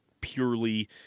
purely